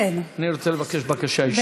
אני רוצה לבקש בקשה אישית.